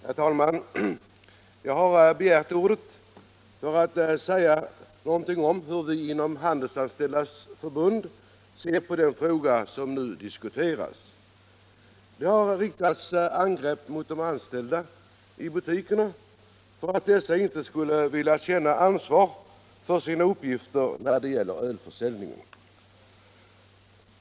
Herr talman! Jag har begärt ordet för att säga något om hur vi inom Handelsanställdas förbund ser på den fråga som nu diskuteras. Det har riktats angrepp mot de anställda i butikerna för att dessa inte skulle vilja känna ansvar för sina uppgifter när det gäller ölförsäljningen.